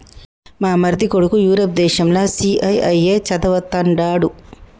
మా మరిది కొడుకు యూరప్ దేశంల సీఐఐఏ చదవతండాడు